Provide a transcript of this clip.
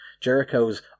Jericho's